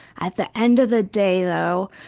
at the end of the day though,